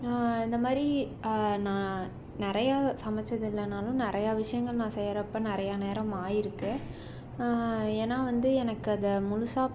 இந்த மாதிரி நான் நிறையா சமைத்தது இல்லைனாலும் நிறையா விஷயங்கள் நான் செய்கிறப்ப நிறையா நேரம் ஆகியிருக்கு ஏன்னா வந்தது எனக்கு அதை முழுசாக